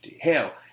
hell